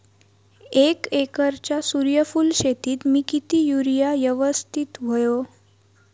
एक एकरच्या सूर्यफुल शेतीत मी किती युरिया यवस्तित व्हयो?